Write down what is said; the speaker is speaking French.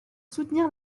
soutenir